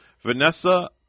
vanessa